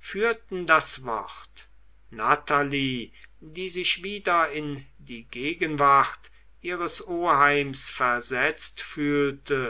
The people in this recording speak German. führten das wort natalie die sich wieder in die gegenwart ihres oheims versetzt fühlte